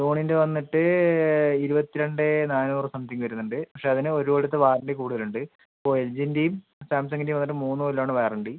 സോണീൻ്റ വന്നിട്ട് ഇരുപത്തിരണ്ട് നാനൂറ് സംതിംഗ് വരുന്നുണ്ട് പക്ഷെ അതിന് ഓരോ ഇടത്ത് വാറണ്ടി കൂടുതൽ ഉണ്ട് ഇപ്പം എൽജീൻ്റെയും സാംസംഗിൻ്റയും വന്നിട്ട് മൂന്ന് കൊല്ലം ആണ് വാറണ്ടി